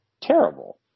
terrible